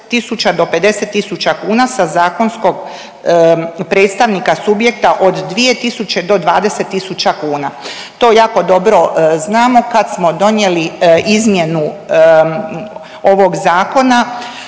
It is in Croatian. od 20.000 do 50.000 kuna sa zakonskog predstavnika subjekta od 2.000 do 20.000 kuna. to jako dobro znamo kad smo donijeli izmjenu ovog zakona